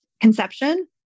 conception